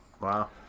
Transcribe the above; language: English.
Wow